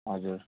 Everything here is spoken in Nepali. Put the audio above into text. हजुर